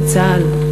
בצה"ל.